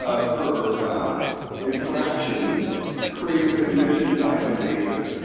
or per interaction creates a commission type of basis.